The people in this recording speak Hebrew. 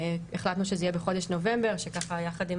החלטנו שזה יהיה בחודש אוקטובר יחד עם